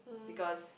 because